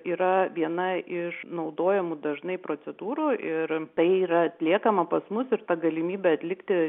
yra viena iš naudojamų dažnai procedūrų ir tai yra atliekama pas mus ir ta galimybė atlikti